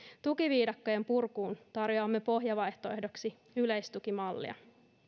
tukiviidakkojen purkuun tarjoamme pohjavaihtoehdoksi yleistukimallia